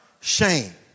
shame